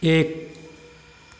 এক